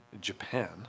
Japan